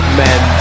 men